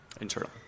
Internal